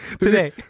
today